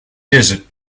desert